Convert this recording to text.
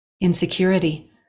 Insecurity